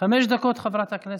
חמש דקות, חברת הכנסת אבתיסאם.